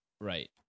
right